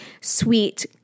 sweet